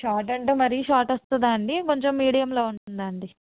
short అంటే మరి short వస్తుందా అండి కొంచెం మీడియంలో ఉంటుందా అండి